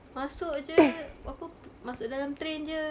masuk jer apa masuk dalam train jer